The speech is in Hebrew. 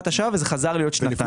וזה חזר להיות שנתיים.